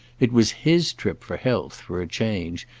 it was his trip for health, for a change,